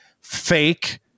fake